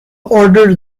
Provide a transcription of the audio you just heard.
order